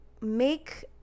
make